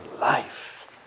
life